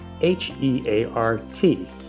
H-E-A-R-T